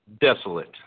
desolate